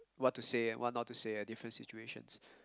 what to say and what not to say at different situations